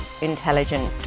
intelligent